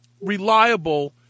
reliable